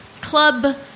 Club